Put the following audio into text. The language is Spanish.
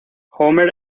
homer